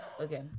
okay